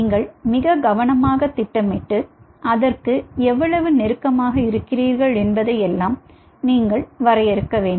நீங்கள் மிக கவனமாக திட்டமிட்டு அதற்க்கு எவ்வளவு நெருக்கமாக இருக்கிறீர்கள் என்பதை எல்லாம் நீங்கள் வரையறுக்க வேண்டும்